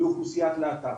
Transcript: לאוכלוסיית להט"ב.